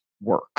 work